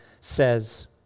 says